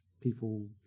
people